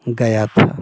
गया था